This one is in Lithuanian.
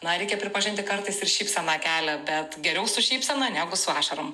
na reikia pripažinti kartais ir šypseną kelią bet geriau su šypsena negu su ašarom